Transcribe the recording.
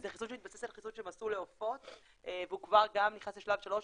זה חיסון שמתבסס על חיסון שהם עשו לעופות והוא כבר גם נכנס לשלב 3,